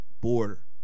border